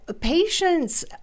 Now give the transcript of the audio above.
patients